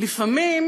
לפעמים